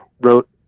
wrote